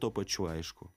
tuo pačiu aišku